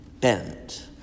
bent